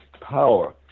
power